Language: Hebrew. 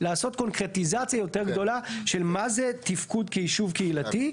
לעשות קונקרטיזציה יותר גדולה של מה זה תפקוד כיישוב קהילתי.